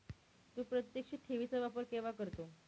तू प्रत्यक्ष ठेवी चा वापर केव्हा करतो?